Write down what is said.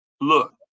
Look